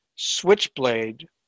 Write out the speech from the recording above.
switchblade